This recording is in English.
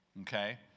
okay